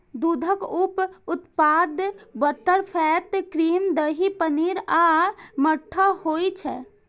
दूधक उप उत्पाद बटरफैट, क्रीम, दही, पनीर आ मट्ठा होइ छै